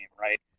right